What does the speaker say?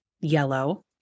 yellow